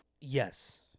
yes